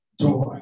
joy